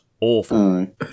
awful